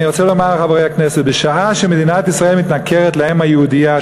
אני רוצה לומר לחברי הכנסת: בשעה שמדינת ישראל מתנכרת לאם היהודייה,